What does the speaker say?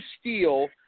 steal